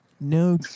No